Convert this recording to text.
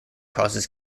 causes